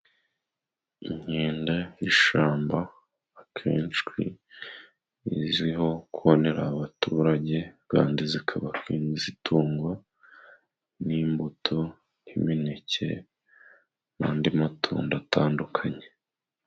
Inkenda z'ishyamba kenshi zizwiho konera abaturage kandi zikaba zitungwa n'imbuto n'imineke, n'andi matunda atandukanye.